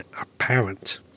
apparent